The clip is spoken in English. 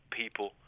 people